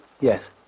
Yes